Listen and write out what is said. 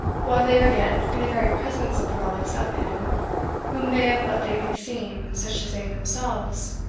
while they are yet in the very presence of the relics of him whom they have but lately seen such as they themselves,